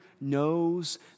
knows